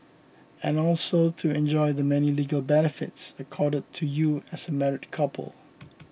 and also to enjoy the many legal benefits accorded to you as a married couple